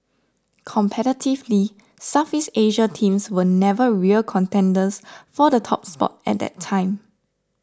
competitively Southeast Asian teams were never real contenders for the top spot at that time